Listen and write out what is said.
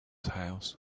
house